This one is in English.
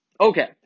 Okay